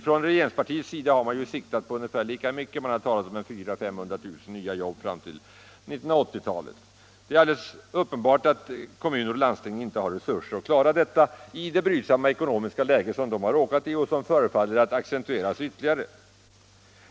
Från regeringspartiets sida har man siktat på ungefär lika mycket som vi. Man har talat om 400 000-500 000 nya jobb fram till 1980-talet. Det är alldeles uppenbart att kommuner och landsting inte har resurser att klara detta i det brydsamma ekonomiska läge som de har råkat i och som förefaller att accentueras ytterligare.